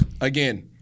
again